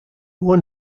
won